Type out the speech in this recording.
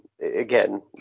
again